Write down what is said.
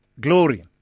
glory